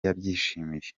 yabyishimiye